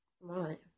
Right